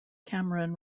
cameron